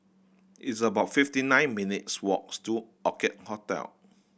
it's about fifty nine minutes' walks to Orchid Hotel